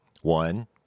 One